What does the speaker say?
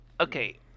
Okay